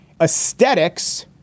aesthetics